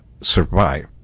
survive